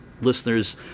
listeners